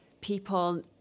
people